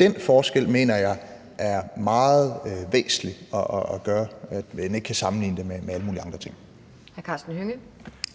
Den forskel mener jeg er meget væsentlig og gør, at man ikke kan sammenligne det med alle mulige andre ting.